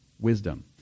wisdom